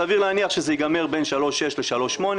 סביר להניח שזה ייגמר בין 3.6% ל-3.8%,